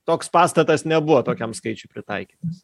toks pastatas nebuvo tokiam skaičiui pritaikytas